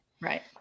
Right